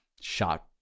shot